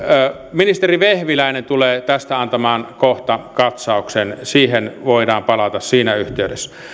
ministeri vehviläinen tulee tästä antamaan kohta katsauksen siihen voidaan palata siinä yhteydessä